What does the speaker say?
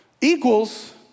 equals